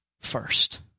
first